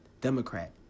Democrat